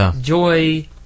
Joy